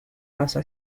paso